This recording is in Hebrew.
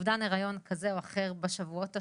אובדן היריון כזה או אחר בשבועות השונים.